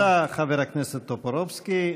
תודה, חבר הכנסת טופורובסקי.